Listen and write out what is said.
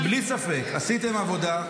בלי ספק, עשיתם עבודה.